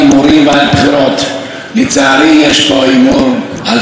המוות של הפועל הבא באתר הבנייה או של